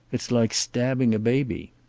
it's like stabbing a baby.